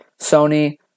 Sony